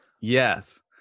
Yes